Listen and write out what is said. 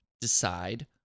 decide